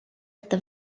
ette